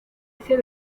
muchas